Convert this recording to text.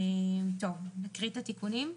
אני אקריא את התיקונים?